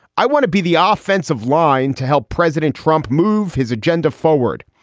i want to be the ah offensive line to help president trump move his agenda forward.